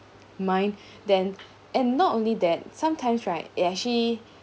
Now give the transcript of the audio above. mind then and not only that sometimes right it actually